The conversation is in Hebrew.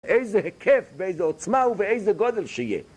באיזה היקף ובאיזה עוצמה ובאיזה גודל שיהיה